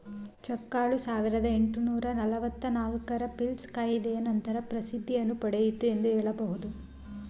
ಚೆಕ್ಗಳು ಸಾವಿರದ ಎಂಟುನೂರು ನಲವತ್ತು ನಾಲ್ಕು ರ ಪೀಲ್ಸ್ ಕಾಯಿದೆಯ ನಂತರ ಪ್ರಸಿದ್ಧಿಯನ್ನು ಪಡೆಯಿತು ಎಂದು ಹೇಳಬಹುದು